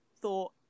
thought